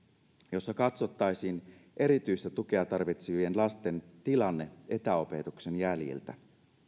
jossa katsottaisiin erityistä tukea tarvitsevien lasten tilanne etäopetuksen jäljiltä